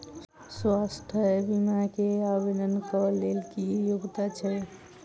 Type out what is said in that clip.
स्वास्थ्य बीमा केँ आवेदन कऽ लेल की योग्यता छै?